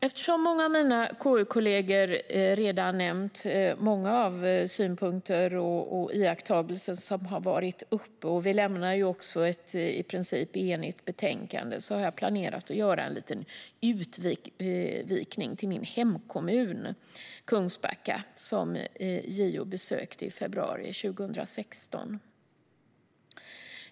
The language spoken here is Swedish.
Eftersom många av mina KU-kollegor redan har nämnt en del synpunkter och iakttagelser - utskottet har också ett i princip enigt betänkande - har jag planerat att göra en liten utvikning till min hemkommun Kungsbacka, som JO besökte i februari 2016.